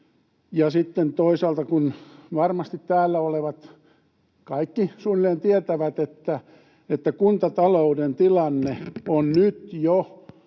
toisaalta, kun varmasti suunnilleen kaikki täällä olevat tietävät, että kuntatalouden tilanne on nyt jo